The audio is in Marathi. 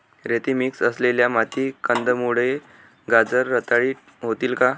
रेती मिक्स असलेल्या मातीत कंदमुळे, गाजर रताळी होतील का?